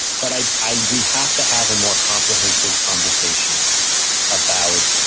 but i, i we have to have a more comprehensive conversation about.